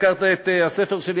הזכרת את הספר שלי,